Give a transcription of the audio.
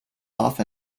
off